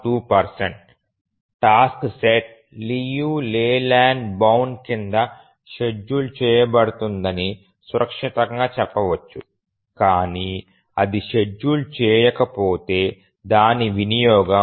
2 task set Liu Layland bound కింద schedule చేయబడుతుందని సురక్షితంగా చెప్పవచ్చు కాని అది షెడ్యూల్ చేయకపోతే దాని వినియోగం 69